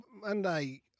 Monday